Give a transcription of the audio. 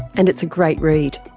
and it's a great read.